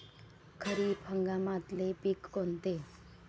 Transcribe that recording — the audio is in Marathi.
खरीप हंगामातले पिकं कोनते?